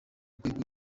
rwego